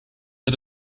dat